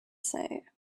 say